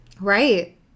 Right